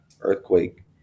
earthquake